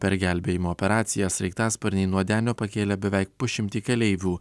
per gelbėjimo operaciją sraigtasparniai nuo denio pakėlė beveik pusšimtį keleivių